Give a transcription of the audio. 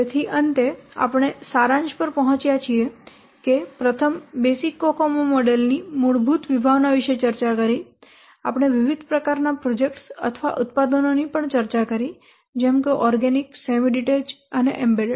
તેથી અંતે આપણે સારાંશ પર પહોંચ્યા છે કે આપણે પ્રથમ બેઝિક કોકોમો મોડેલ ની મૂળભૂત વિભાવના વિશે ચર્ચા કરી આપણે વિવિધ પ્રકારના પ્રોજેક્ટ્સ અથવા ઉત્પાદનોની પણ ચર્ચા કરી જેમ કે ઓર્ગેનિક સેમી ડીટેચ્ડ અને એમ્બેડેડ